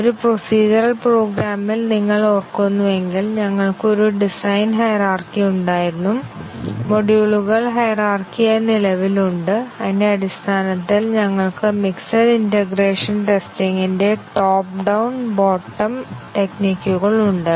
ഒരു പ്രൊസീജ്യറൽ പ്രോഗ്രാമ്മിൽ നിങ്ങൾ ഓർക്കുന്നുവെങ്കിൽ ഞങ്ങൾക്ക് ഒരു ഡിസൈൻ ഹയിരാർക്കി ഉണ്ടായിരുന്നു മൊഡ്യൂളുകൾ ഹയിരാർക്കി ആയി നിലവിലുണ്ട് അതിന്റെ അടിസ്ഥാനത്തിൽ ഞങ്ങൾക്ക് മിക്സഡ് ഇന്റേഗ്രേഷൻ ടെസ്റ്റിങ് ന്റ്റെ ടോപ്പ് ഡൌൺ ബോട്ടം ടെക്നികുകൾ ഉണ്ട്